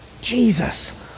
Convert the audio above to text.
Jesus